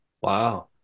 Wow